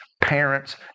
parents